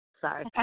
Sorry